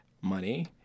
Money